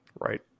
Right